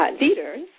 leaders